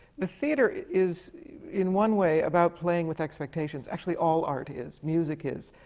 the theatre is in one way, about playing with expectations. actually, all art is. music is.